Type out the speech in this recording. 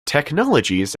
technologies